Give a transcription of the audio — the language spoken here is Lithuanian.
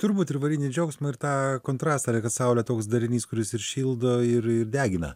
turbūt ir varinį džiaugsmą ir tą kontrastą yra kad saulė toks darinys kuris ir šildo ir ir degina